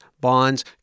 bonds